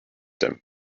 him